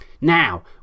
Now